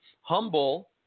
humble